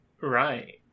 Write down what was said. Right